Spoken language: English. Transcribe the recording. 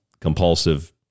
compulsive